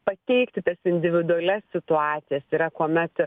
pateikti tas individualias situacijas yra kuomet